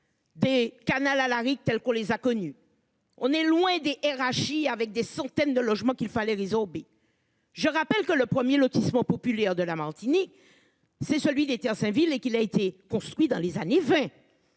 Des Canal Alaric tels qu'on les a connus. On est loin des RH il avec des centaines de logements qu'il fallait résorber. Je rappelle que le 1er lotissement populaire de la Martinique c'est celui d'état civil et qu'il a été construit dans les années 20.